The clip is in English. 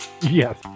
Yes